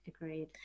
Agreed